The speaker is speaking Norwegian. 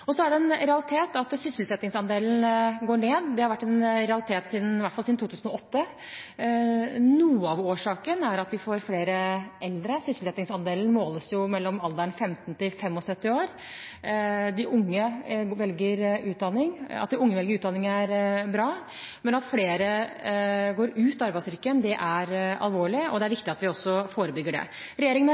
hvert fall siden 2008. Noe av årsaken er at vi får flere eldre. Sysselsettingsandelen måles jo i gruppen 15–75 år. At de unge velger utdanning, er bra, men at flere går ut av arbeidsstyrken, er alvorlig, og det er viktig at vi forebygger det. Regjeringen har